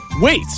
Wait